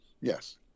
Yes